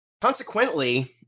Consequently